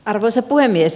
arvoisa puhemies